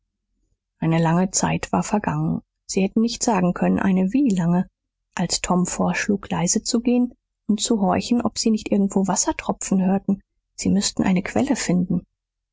eine lange zeit war vergangen sie hätten nicht sagen können eine wie lange als tom vorschlug leise zu gehen und zu horchen ob sie nicht irgendwo wasser tropfen hörten sie müßten eine quelle finden